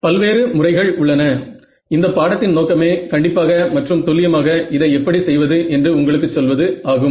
பல்வேறு முறைகள் உள்ளன இந்த பாடத்தின் நோக்கமே கண்டிப்பாக மற்றும் துல்லியமாக இதை எப்படி செய்வது என்று உங்களுக்குச் சொல்வது ஆகும்